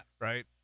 Right